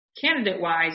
candidate-wise